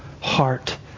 heart